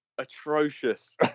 Atrocious